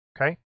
Okay